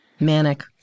Manic